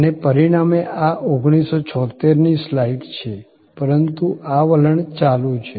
અને પરિણામે આ 1976 ની સ્લાઇડ છે પરંતુ આ વલણ ચાલુ છે